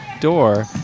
door